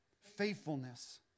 faithfulness